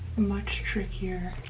much trickier